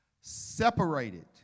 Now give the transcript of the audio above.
separated